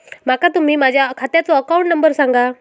माका तुम्ही माझ्या खात्याचो अकाउंट नंबर सांगा?